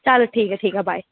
चल ठीक ऐ ठीक ऐ बॉय